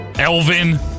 elvin